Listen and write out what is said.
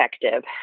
effective